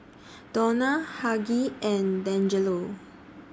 Donna Hughey and Dangelo